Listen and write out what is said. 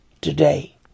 today